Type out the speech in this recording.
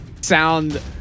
sound